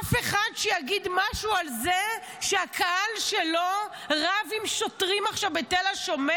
אף אחד שיגיד משהו על זה שהקהל שלו רב עכשיו עם שוטרים בתל השומר?